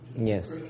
Yes